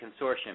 consortium